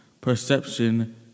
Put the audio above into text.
perception